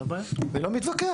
אני לא מתווכח,